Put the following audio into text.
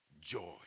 joy